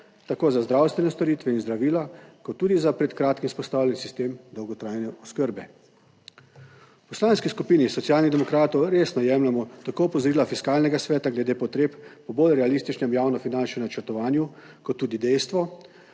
tako za zdravstvene storitve in zdravila kot tudi za pred kratkim vzpostavljen sistem dolgotrajne oskrbe. V Poslanski skupini Socialnih demokratov resno jemljemo tako opozorila Fiskalnega sveta glede potreb po bolj realističnem javnofinančnem načrtovanju kot tudi dejstvo,